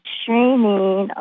training